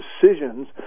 decisions